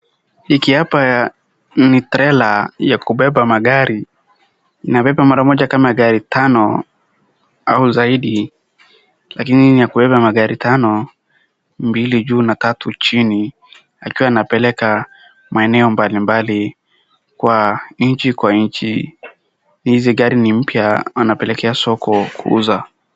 Hiki hapa ni trela ya kubeba magari. Inabeba mara moja kama magari tano au zaidi lakini hii ni ya kubeba magari tano mbili juu na tatu chini akiwa anapeleka maeneo mbali mbali kwa nchi kwa nchi. Izi gari ni mpya anapelekea soko kuuza.